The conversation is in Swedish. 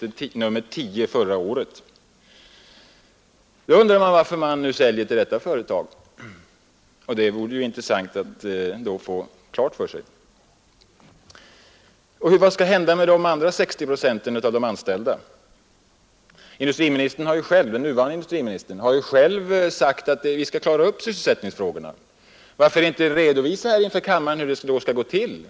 Jag undrar varför det nu blir en försäljning till just detta företag, och det vore intressant att få en förklaring till detta. Och vad skall hända med de återstående 60 procenten av de anställda? Den nuvarande industriministern har ju själv sagt att vi skall klara upp sysselsättningsfrågorna. Varför inte redovisa inför kammaren hur det skall gå till?